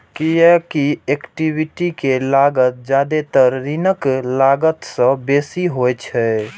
कियैकि इक्विटी के लागत जादेतर ऋणक लागत सं बेसी होइ छै